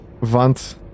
want